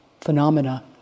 phenomena